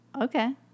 Okay